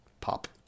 pop